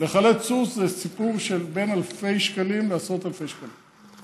לחלץ סוס זה סיפור של בין אלפי שקלים לעשרות אלפי שקלים.